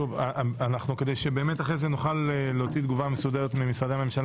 כדי שבאמת אחרי זה נוכל להוציא תגובה מסודרת למשרדי הממשלה